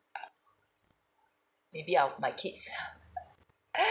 maybe are my kids